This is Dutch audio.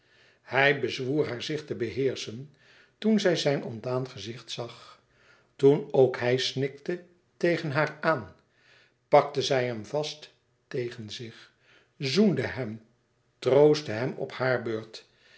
hij bezwoer haar zich te beheerschen toen zij zijn ontdaan gezicht zag toen ook hij snikte tegen haar aan pakte zij hem vast tegen zich zoende hem troostte hem op hare beurt